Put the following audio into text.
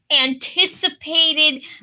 anticipated